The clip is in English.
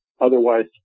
otherwise